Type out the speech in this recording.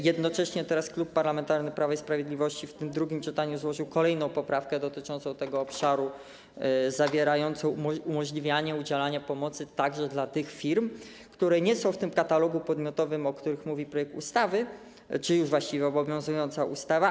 Jednocześnie Klub Parlamentarny Prawo i Sprawiedliwość teraz, w tym drugim czytaniu złożył kolejną poprawkę dotyczącą tego obszaru, zawierającą umożliwianie udzielania pomocy także tym firmom, które nie są w tym katalogu podmiotowym, o których mówi projekt ustawy czy już właściwie obowiązująca ustawa.